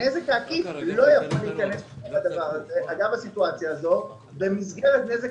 הנזק העקיף לא יכול להיכנס לדבר הזה אגב הסיטואציה הזאת במסגרת נזק